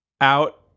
out